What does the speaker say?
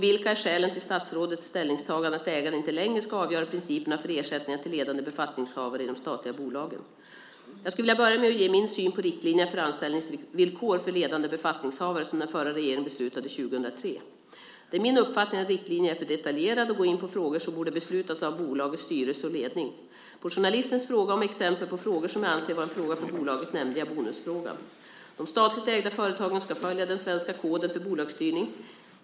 Vilka är skälen till statsrådets ställningstagande att ägaren inte längre ska avgöra principerna för ersättningarna till ledande befattningshavare i de statliga bolagen? Jag skulle vilja börja med att ge min syn på riktlinjerna för anställningsvillkor för ledande befattningshavare som den förra regeringen beslutade 2003. Det är min uppfattning att riktlinjerna är för detaljerade och går in på frågor som borde beslutas av bolagets styrelse och ledning. På journalistens fråga om exempel på frågor som jag anser vara en fråga för bolaget nämnde jag bonusfrågan. De statligt ägda företagen ska följa den svenska koden för bolagsstyrning.